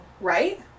Right